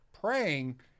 praying